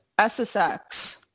SSX